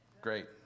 Great